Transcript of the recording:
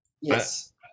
yes